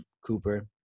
Cooper